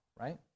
right